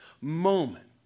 Moment